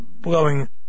blowing